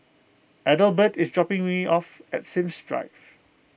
Adelbert is dropping me off at Sims Drive